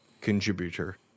contributor